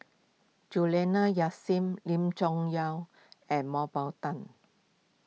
Juliana Yasin Lim Chong Yah and Mah Bow Tan